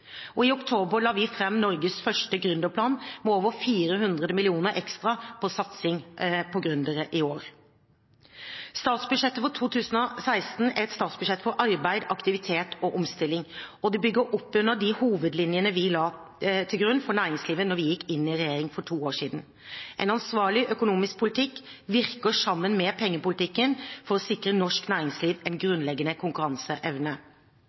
Og i oktober la vi fram Norges første gründerplan, med over 400 mill. kr til ekstra satsing på gründere i år. Statsbudsjettet for 2016 er et statsbudsjett for arbeid, aktivitet og omstilling, og det bygger opp under de hovedlinjene vi la til grunn for næringslivet da vi gikk inn i regjering for over to år siden. En ansvarlig økonomisk politikk virker sammen med pengepolitikken for å sikre norsk næringsliv en grunnleggende konkurranseevne.